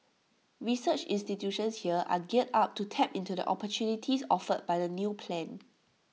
research institutions here are geared up to tap into the opportunities offered by the new plan